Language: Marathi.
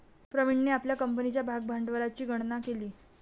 प्रवीणने आपल्या कंपनीच्या भागभांडवलाची गणना केली